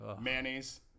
Mayonnaise